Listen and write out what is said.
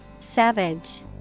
Savage